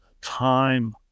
time